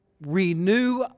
Renew